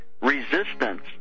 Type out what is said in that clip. resistance